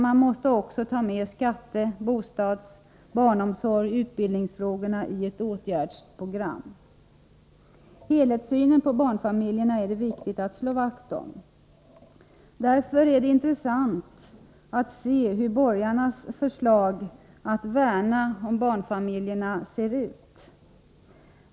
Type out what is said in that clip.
Man måste också ta med skatte-, bostads-, barnomsorgsoch utbildningsfrågorna i ett åtgärdsprogram. Helhetssynen på barnfamiljerna är det viktigt att slå vakt om. Därför är det intressant att se borgarnas förslag om att värna om barnfamiljerna.